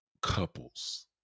couples